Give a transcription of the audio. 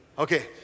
Okay